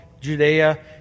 Judea